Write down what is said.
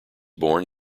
born